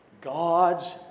God's